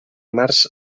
març